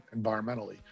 environmentally